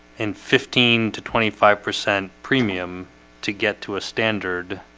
in fifteen to twenty five percent premium to get to a standard